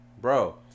bro